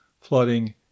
flooding